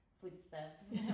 footsteps